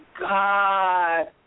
God